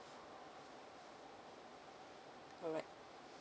alright